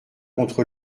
contre